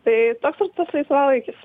tai toks ir tas laisvalaikis